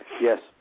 Yes